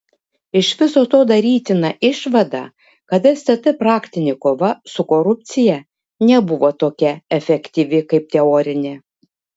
iš viso to darytina išvada kad stt praktinė kova su korupcija nebuvo tokia efektyvi kaip teorinė